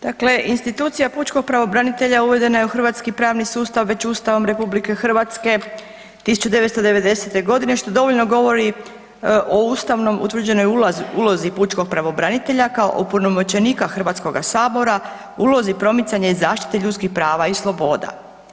Dakle, institucija pučkog pravobranitelja uvedena je u hrvatski pravni sustav već Ustavom RH 1990. godine što dovoljno govori o ustavno utvrđenoj ulozi pučkog pravobranitelja kao opunomoćenika Hrvatskoga sabora, ulozi promicanja i zaštite ljudskih prava i sloboda.